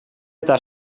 eta